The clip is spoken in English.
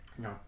No